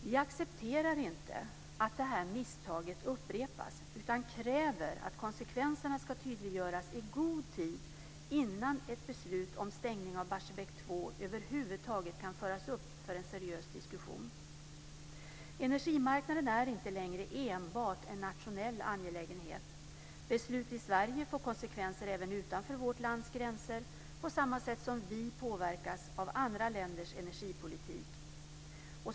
Vi accepterar inte att misstaget upprepas utan kräver att konsekvenserna ska tydliggöras i god tid innan ett beslut om stängning av Barsebäck 2 över huvud taget kan föras upp för en seriös diskussion. Energimarknaden är inte längre enbart en nationell angelägenhet. Beslut i Sverige får konsekvenser även utanför vårt lands gränser på samma sätt som vi påverkas av andra länders energipolitik.